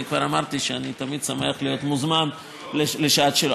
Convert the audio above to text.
אני כבר אמרתי שאני תמיד שמח להיות מוזמן לשעת שאלות.